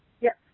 yes